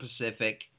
Pacific